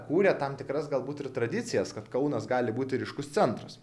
kūrė tam tikras galbūt ir tradicijas kad kaunas gali būti ryškus centras